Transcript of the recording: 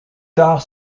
tard